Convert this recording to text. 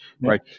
Right